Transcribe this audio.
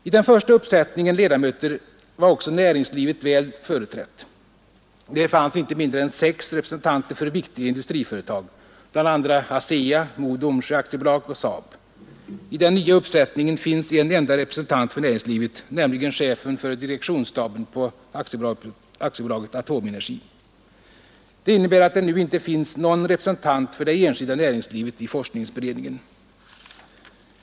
I den första uppsättningen ledamöter var också näringslivet väl företrätt. Där fanns inte mindre än sex representanter för viktiga industriföretag, bl.a. ASEA, Mo och Domsjö AB och SAAB. I den nya uppsättningen finns en enda representant för näringslivet, nämligen chefen för direktionsstaben på AB Atomenergi. Det innebär att det nu inte finns någon representant för det enskilda näringslivet i forskningsberedningen.